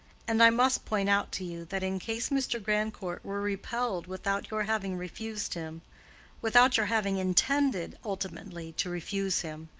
and i must point out to you that in case mr. grandcourt were repelled without your having refused him without your having intended ultimately to refuse him,